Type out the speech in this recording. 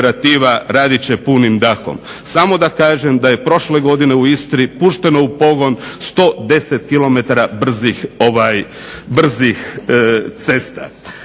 radit će punim dahom. Samo da kažem da je prošle godine u Istri pušteno u pogon 110 km brzih cesta.